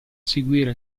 seguire